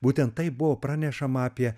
būtent taip buvo pranešama apie